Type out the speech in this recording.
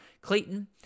Clayton